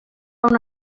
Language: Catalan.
una